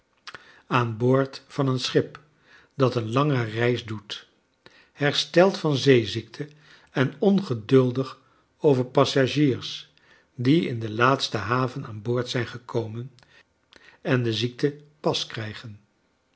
aan boord van een schip dat een lange reis doet hersteld van zeeziekte en ongeduldig over passagiers die in de laatste haven aan boord zijn gekomen en de ziekte pas krijgen